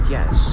Yes